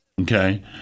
okay